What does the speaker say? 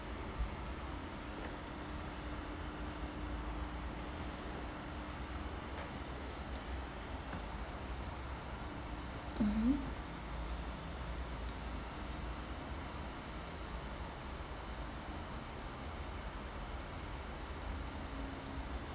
mmhmm